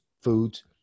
foods